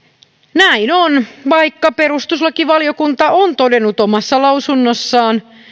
näin on vaikka perustuslakivaliokunta on todennut omassa lausunnossaan